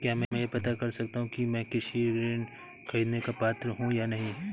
क्या मैं यह पता कर सकता हूँ कि मैं कृषि ऋण ख़रीदने का पात्र हूँ या नहीं?